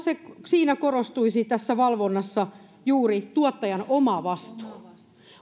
siinä valvonnassa korostuisi juuri tuottajan omavastuu